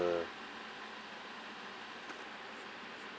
uh